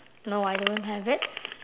no I don't have it